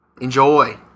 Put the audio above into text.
enjoy